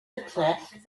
accessed